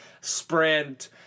sprint